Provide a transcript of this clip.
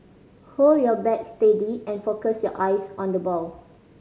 hold your bat steady and focus your eyes on the ball